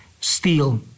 steel